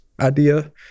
idea